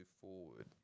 forward